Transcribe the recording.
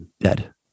Dead